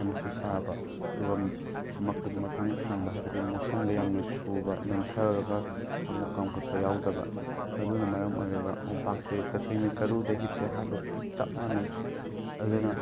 ꯌꯥꯝꯅꯁꯨ ꯁꯥꯕ ꯑꯗꯨꯒ ꯃꯀꯨꯝ ꯃꯊꯥꯡ ꯊꯥꯡꯕ ꯍꯥꯏꯕꯗꯤ ꯃꯣꯠꯁꯟꯕ ꯌꯥꯝꯅ ꯊꯨꯕ ꯅꯦꯝꯊꯔꯒ ꯑꯃꯨꯛ ꯀꯥꯝꯈꯠꯄ ꯌꯥꯎꯗꯕ ꯑꯗꯨꯅ ꯃꯔꯝ ꯑꯣꯏꯔꯒ ꯃꯣꯝꯄꯥꯛꯁꯦ ꯇꯁꯦꯡꯅ ꯆꯥꯔꯨꯗ ꯍꯤꯞꯄꯦ ꯍꯥꯏꯕꯒ ꯆꯞ ꯃꯥꯟꯅꯩ ꯑꯗꯨꯅ